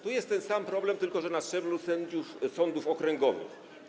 Tu jest ten sam problem, tylko że na szczeblu sędziów sądów okręgowych.